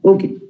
Okay